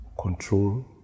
control